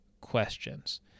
questions